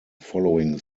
following